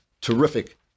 Terrific